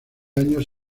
años